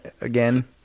again